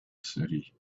city